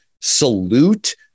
salute